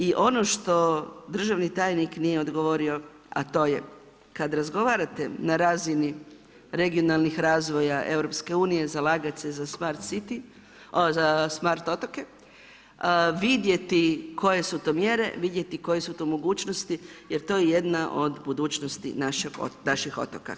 I ono što državni tajnik nije odgovorio, a to je kad razgovarate na razini regionalnih razvoja EU, zalagat se za smart city, za smart otoke, vidjeti koje su to mjere, vidjeti koje su to mogućnosti jer to je jedna od budućnosti naših otoka.